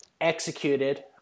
executed